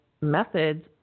methods